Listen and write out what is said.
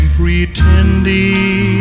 pretending